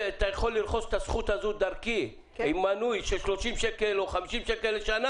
אתה יכול לרכוש את הזכות הזו דרכי עם מנוי של 30 שקל או 50 שקל לשנה